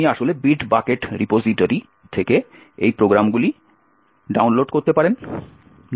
আপনি আসলে Bitbucket repository থেকে এই প্রোগ্রামগুলি ডাউনলোড করতে পারেন